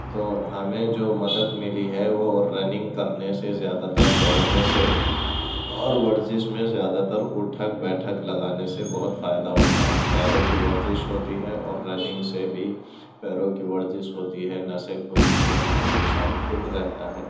تو ہمیں جو مدد ملی ہے وہ رننگ کرنے سے زیادہ تر دوڑنے سے اور ورزش میں زیادہ تر اٹھک بیٹھک لگانے سے بہت فائدہ ہوتا ہے پیروں کی ورزش ہوتی ہے اور رننگ سے بھی پیروں کی ورزش ہوتی ہے نسیں کھلتی ہیں اور انسان فٹ رہتا ہے